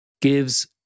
gives